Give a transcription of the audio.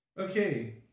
Okay